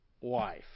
wife